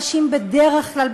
נשים בדרך כלל,